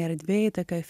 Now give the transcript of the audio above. erdvėj tokioj